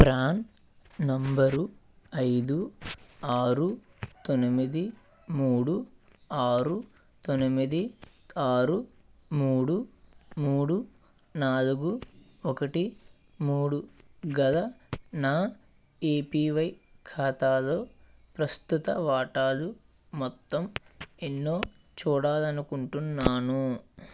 PRAN number ఐదు ఆరు తొనిమిది మూడు ఆరు తొనిమిది ఆరు మూడు మూడు నాలుగు ఒకటి మూడు గల నా ఏపివై ఖాతాలో ప్రస్తుత వాటాలు మొత్తం ఎన్నో చూడాలనుకుంటున్నాను